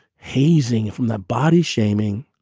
hazing from the body shaming.